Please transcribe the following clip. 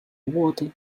water